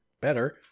better